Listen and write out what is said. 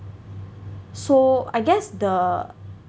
so I guess the